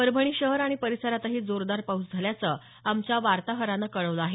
परभणी शहर आणि परिसरातही जोरदार पाऊस झाल्याचं आमच्या वार्ताहरानं कळवलं आहे